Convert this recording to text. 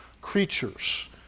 creatures